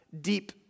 deep